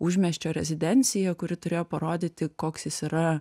užmiesčio rezidencija kuri turėjo parodyti koks jis yra